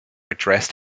addressed